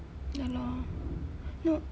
ya lor no